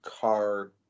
car